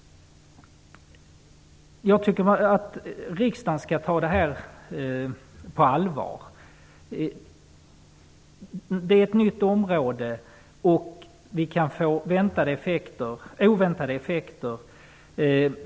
Jag tycker att riksdagen skall ta förslaget om avreglering på allvar. Det gäller ett nytt område, och det kan bli oväntade effekter.